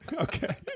Okay